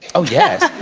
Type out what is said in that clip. oh, yes